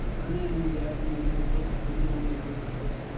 आने आने जाएत मन में टेक्स आने आने ढंग कर होथे